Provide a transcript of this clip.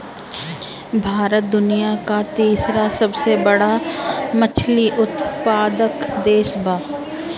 भारत दुनिया का तीसरा सबसे बड़ा मछली उत्पादक देश बा